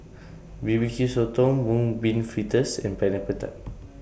B B Q Sotong Mung Bean Fritters and Pineapple Tart